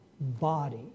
body